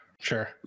sure